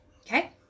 Okay